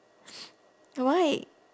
uh why